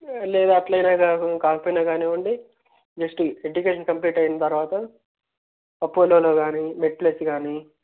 లేదా అట్లయిన కాక కాకపోయినా కానివ్వండి జస్ట్ ఎడ్యుకేషన్ కంప్లీట్ అయిన తరువాత అపోలోలో కానీ మెడ్ప్లస్ కానీ